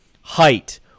height